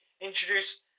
introduce